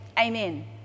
amen